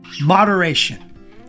moderation